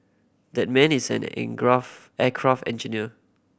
that man is an aircraft engineer